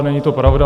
Není to pravda.